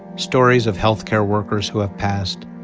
stories of health care workers who have passed,